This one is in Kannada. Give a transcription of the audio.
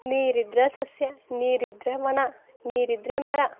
ನೀರಿದ್ರೆ ಸಸ್ಯ ನೀರಿದ್ದರೆ ವನ ನೀರಿದ್ದರೆ ಮರ